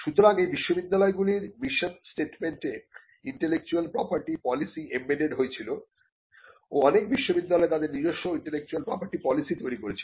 সুতরাং এই বিশ্ববিদ্যালয়গুলির মিশন স্টেটমেন্টে ইন্টেলেকচুয়াল প্রপার্টি পলিসি এমবেডেড হয়েছিল ও অনেক বিশ্ববিদ্যালয় তাদের নিজস্ব ইন্টেলেকচুয়াল প্রপার্টি পলিসি তৈরি করেছিল